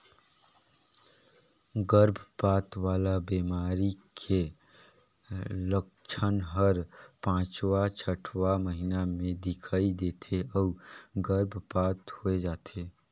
गरभपात वाला बेमारी के लक्छन हर पांचवां छठवां महीना में दिखई दे थे अउ गर्भपात होय जाथे